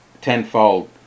tenfold